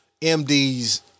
MDs